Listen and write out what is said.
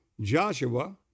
Joshua